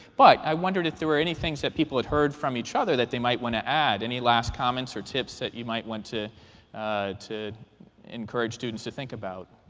but i wondered if there were any things that people had heard from each other that they might want to add any last comments or tips that you might want to to encourage students to think about?